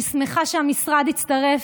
אני שמחה שהמשרד הצטרף,